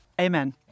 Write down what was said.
Amen